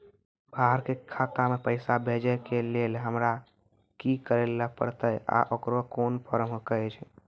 बाहर के खाता मे पैसा भेजै के लेल हमरा की करै ला परतै आ ओकरा कुन फॉर्म कहैय छै?